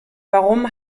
warum